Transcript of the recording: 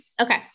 Okay